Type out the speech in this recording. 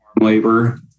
labor